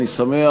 אני שמח.